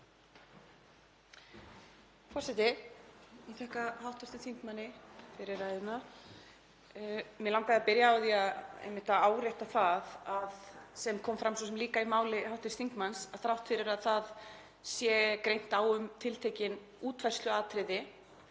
Forseti. Ég þakka hv. þingmanni fyrir ræðuna. Mig langaði að byrja á því einmitt að árétta það, sem kom fram svo sem líka í máli hv. þingmanns, að þrátt fyrir að það sé greint á um tiltekin útfærsluatriði